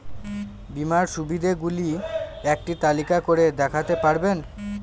বীমার সুবিধে গুলি একটি তালিকা করে দেখাতে পারবেন?